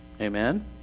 Amen